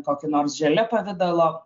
kokį nors žele pavidalo